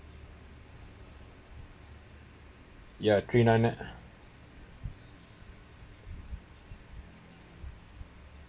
ya three nine nine